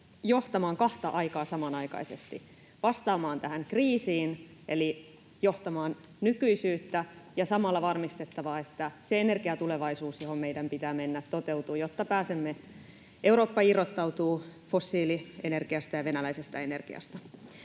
johtamaan kahta aikaa samanaikaisesti: vastaamaan tähän kriisiin eli johtamaan nykyisyyttä, ja samalla varmistettava, että se energiatulevaisuus, johon meidän pitää mennä, toteutuu, jotta Eurooppa irrottautuu fossiilienergiasta ja venäläisestä energiasta.